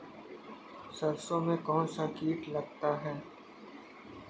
सरसों में कौनसा कीट लगता है?